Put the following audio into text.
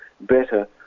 better